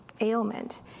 ailment